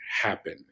happen